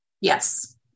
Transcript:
Yes